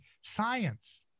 science